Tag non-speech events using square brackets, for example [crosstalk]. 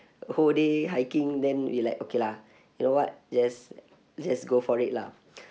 whole day hiking then we like okay lah [breath] you know what just just go for it lah [breath]